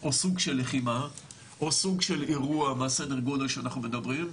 או סוג של לחימה או סוג של אירוע מהסדר גודל שאנחנו מדברים,